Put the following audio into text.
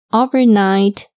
overnight